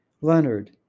Leonard